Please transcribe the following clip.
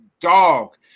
Dog